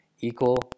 equal